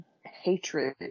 hatred